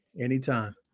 Anytime